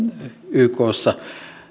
ykssa